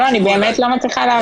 אני באמת לא מצליחה להבין.